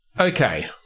Okay